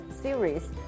series